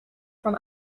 from